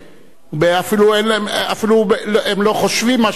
הם אפילו לא חושבים מה שאתה חושב.